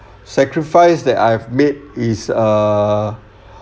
sacrifice that I've made is err